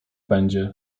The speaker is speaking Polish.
będzie